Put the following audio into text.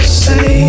say